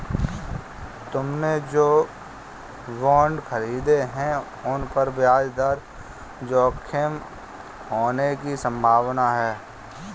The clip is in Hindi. तुमने जो बॉन्ड खरीदे हैं, उन पर ब्याज दर जोखिम होने की संभावना है